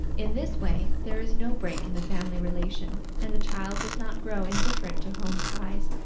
in this way there is no break in the family relation and the child does not grow indifferent to home ties,